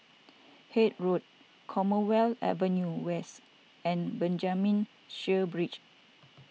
Haig Road Commonwealth Avenue West and Benjamin Sheares Bridge